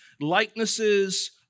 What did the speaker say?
likenesses